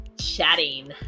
chatting